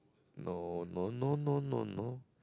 no no no no no no